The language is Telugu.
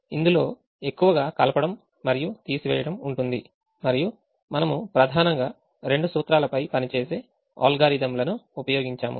ఇందులో ఎక్కువగా కలపడం మరియు తీసివేయడం ఉంటుంది మరియు మనము ప్రధానంగా రెండు సూత్రాలపై పనిచేసే అల్గారిథమ్లను ఉపయోగించాము